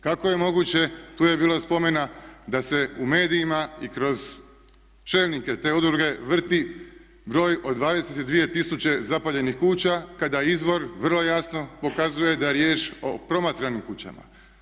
Kako je moguće, tu je bilo spomena da se medijima i kroz čelnike te udruge vrti broj od 22 tisuće zapaljenih kuća kada izvor vrlo jasno pokazuje da je riječ o promatranim kućama.